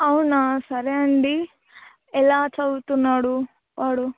అవునా సరే అండి ఎలా చదువుతున్నాడు వాడు